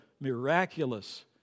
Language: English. miraculous